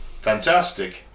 fantastic